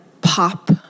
pop